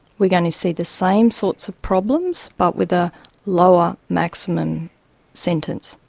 we're going to see the same sorts of problems, but with a lower maximum sentence.